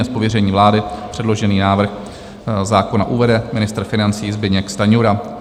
Z pověření vlády předložený návrh zákona uvede ministr financí Zbyněk Stanjura.